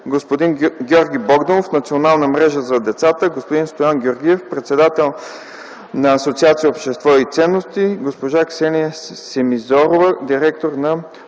господин Георги Богданов – Национална мрежа за децата, господин Стоян Георгиев – председател на Асоциация „Общество и ценности”, госпожа Ксения Семизорова – директор на